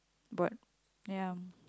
but ya